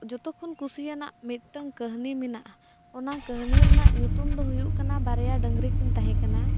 ᱡᱚᱛᱚᱠᱷᱚᱱ ᱠᱩᱥᱤᱭᱟᱱᱟᱜ ᱢᱤᱫᱴᱟᱝ ᱠᱟᱹᱦᱱᱤ ᱢᱮᱱᱟᱜᱼᱟ ᱚᱱᱟ ᱠᱟᱹᱦᱱᱤ ᱨᱮᱱᱟᱜ ᱧᱩᱛᱩᱢ ᱫᱚ ᱦᱩᱭᱩᱜ ᱠᱟᱱᱟ ᱵᱟᱨᱭᱟ ᱰᱟᱝᱨᱤᱠᱤᱱ ᱫᱛᱟᱦᱮᱸ ᱠᱟᱱᱟ